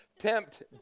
tempt